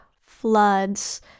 floods